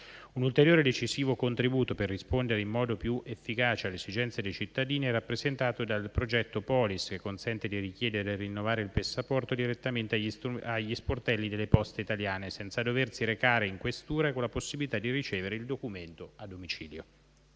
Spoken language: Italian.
Un ulteriore e decisivo contributo per rispondere in modo più efficace alle esigenze dei cittadini è rappresentato dal progetto Polis, che consente di richiedere e rinnovare il passaporto direttamente agli sportelli delle Poste Italiane senza doversi recare in Questura, con la possibilità di ricevere il documento a domicilio.